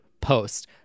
post